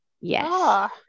Yes